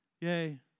Yay